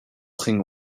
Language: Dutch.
ging